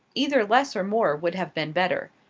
either less or more would have been better.